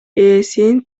ээсин